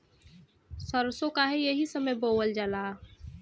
सरसो काहे एही समय बोवल जाला?